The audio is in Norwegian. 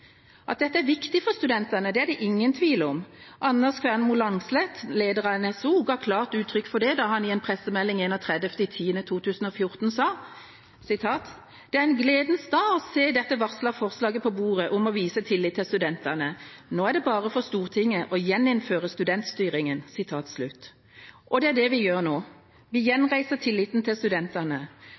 At dette er viktig for studentene, er det ingen tvil om. Anders Kvernmo Langset, leder av NSO, ga klart uttrykk for det da han i en pressemelding 31. oktober 2014 sa: «Det er en gledens dag å se det varslede forslaget på bordet om å vise tillit til studentene. Nå er det bare for Stortinget å gjeninnføre studentstyringen.» Det er det vi gjør nå – vi gjenreiser tilliten til studentene.